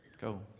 Go